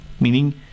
meaning